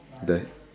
the